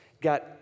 got